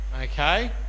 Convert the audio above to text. okay